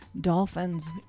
dolphins